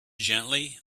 gently